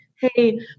hey